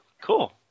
Cool